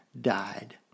died